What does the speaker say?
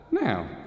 Now